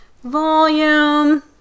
Volume